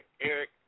Eric